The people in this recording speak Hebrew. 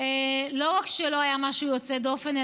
לא רק שלא היה משהו יוצא דופן,